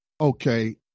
Okay